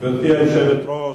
גברתי היושבת-ראש,